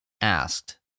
asked